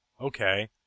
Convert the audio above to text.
okay